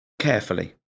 carefully